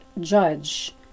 judge